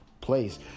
place